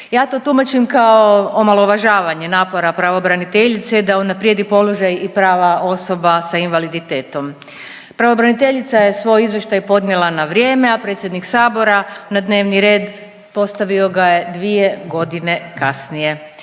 Ja to tumačim kao omalovažavanje napora pravobraniteljice da unaprijedi položaj i prava osoba s invaliditetom. Pravobraniteljica je svoj izvještaj podnijela na vrijeme, a predsjednik Sabora na dnevni red postavio ga je dvije godine kasnije.